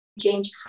change